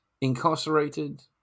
incarcerated